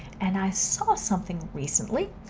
and i saw something recently.